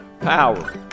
power